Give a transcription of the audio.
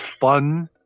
fun